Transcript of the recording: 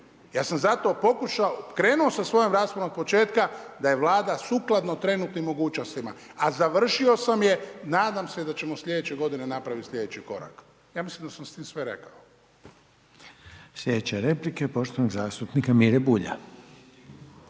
Ja sam zato pokušao, krenuo sa svojom raspravom od početka da je Vlada sukladno trenutnim mogućnostima, a završio sam je nadam se da ćemo slijedeće godine napraviti slijedeći korak. Ja mislim da sam s tim sve rekao. **Reiner, Željko (HDZ)** Slijedeća replika je poštovanog zastupnika Mire Bulja.